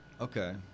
Okay